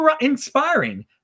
inspiring